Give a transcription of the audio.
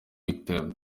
mikhail